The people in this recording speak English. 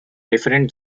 different